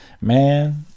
man